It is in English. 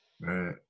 Right